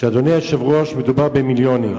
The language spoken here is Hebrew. ואדוני היושב-ראש, מדובר במיליונים.